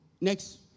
next